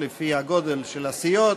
לפי הגודל של הסיעות,